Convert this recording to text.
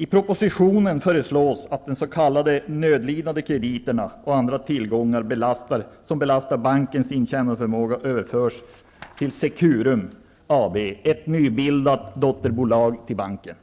I propositionen föreslås att de s.k. nödlidande krediterna och andra tillgångar som belastar bankens intjänandeförmåga överförs till Securum AB, ett nybildat dotterbolag till banken.